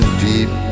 deep